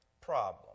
problem